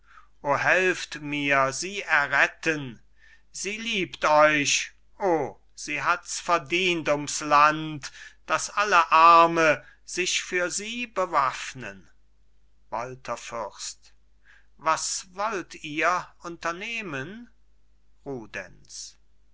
helft mir sie erretten sie liebt euch o sie hat's verdient ums land dass alle arme sich für sie bewaffnen walther fürst was wollt ihr unternehmen